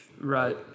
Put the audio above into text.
Right